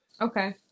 Okay